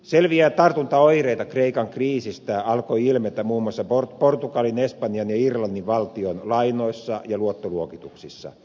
selviä tartuntaoireita kreikan kriisistä alkoi ilmetä muun muassa portugalin espanjan ja irlannin valtionlainoissa ja luottoluokituksissa